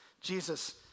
Jesus